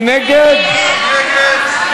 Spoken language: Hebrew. מי נגד?